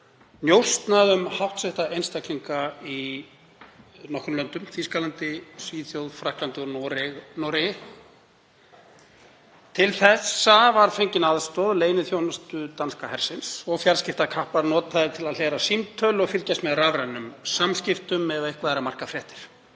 njósnað um háttsetta einstaklinga í nokkrum löndum; Þýskalandi, Svíþjóð, Frakklandi og Noregi. Til þessa var fengin aðstoð leyniþjónustu danska hersins og fjarskiptakaplar notaðir til að hlera símtöl og fylgjast með rafrænum samskiptum ef eitthvað er að marka fréttir.